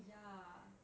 ya